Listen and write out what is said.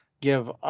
give